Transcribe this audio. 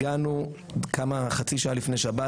הגענו חצי שעה לפני שבת,